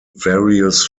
various